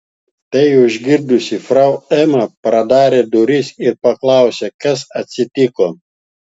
tai užgirdusi frau ema pradarė duris ir paklausė kas atsitiko